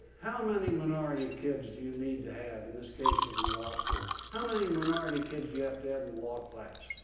how many minority kids do you need to have in this case it was in law school how many minority kids do you have to have in law class?